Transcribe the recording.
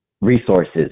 resources